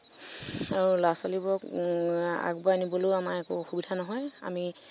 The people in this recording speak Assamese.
আৰু ল'ৰা ছোৱালীবোৰক আগুৱাই নিবলৈও আমাৰ একো অসুবিধা নহয় আমি